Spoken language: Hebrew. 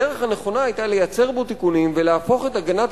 הדרך הנכונה היתה לייצר בו תיקונים ולהפוך את הגנת